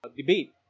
debate